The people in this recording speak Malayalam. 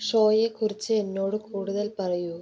ഷോയെക്കുറിച്ച് എന്നോട് കൂടുതൽ പറയൂ